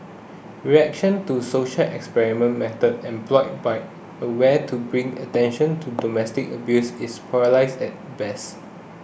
reaction to social experiment method employed by aware to bring attention to domestic abuse is polarised at best